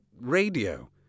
Radio